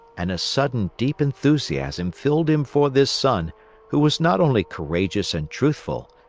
and a sudden deep enthusiasm filled him for this son who was not only courageous and truthful,